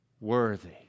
worthy